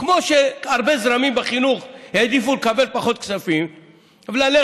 כמו שהרבה זרמים בחינוך העדיפו לקבל פחות כספים וללכת